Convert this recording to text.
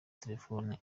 telefoni